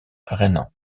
rhénan